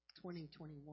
2021